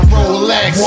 Rolex